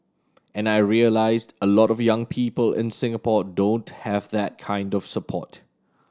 and I realised a lot of young people in Singapore don't have that kind of support